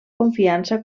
confiança